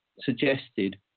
suggested